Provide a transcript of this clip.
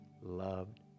loved